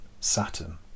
Saturn